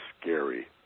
scary